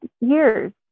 years